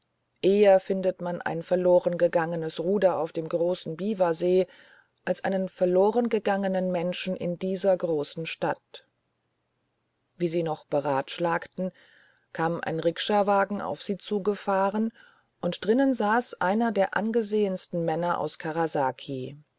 eher findet man ein verlorengegangenes ruder auf dem großen biwasee als einen verlorengegangenen menschen in dieser großen stadt wie sie noch beratschlagten kam ein rikschawagen auf sie zugefahren und drinnen saß einer der angesehensten männer aus